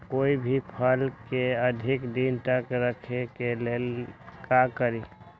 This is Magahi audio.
कोई भी फल के अधिक दिन तक रखे के ले ल का करी?